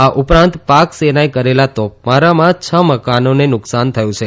આ ઉપરાંત પાકસેનાએ કરેલા તોપમારામાં છ મકાનોને નુકસાન થયું છે